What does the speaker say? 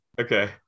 Okay